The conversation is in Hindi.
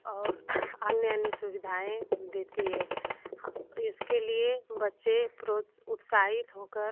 और अन्य अन्य सुविधाएँ देती है इसके लिए बच्चे प्रोत उत्साहित होकर